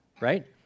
right